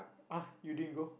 !huh! you didn't go